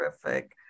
terrific